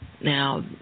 Now